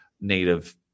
native